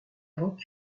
rock